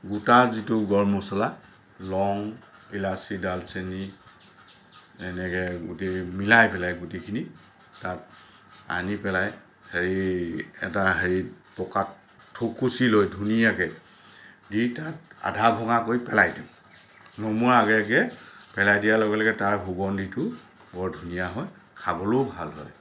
গোটা যিটো গৰম মছলা লং ইলাচী ডালচেনি এনেকৈ গোটেই মিলাই পেলাই গোটেইখিনি তাত আনি পেলাই হেৰি তাৰ হেৰিত পকাত থুকুচি লৈ ধুনীয়াকৈ দি তাত আধা ভঙাকৈ পেলাই দিওঁ নমোৱা আগে আগে পেলাই দিয়াৰ লগে লগে তাৰ সুগন্ধিটো বৰ ধুনীয়া হয় খাবলৈও ভাল হয়